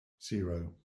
zero